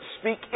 Speak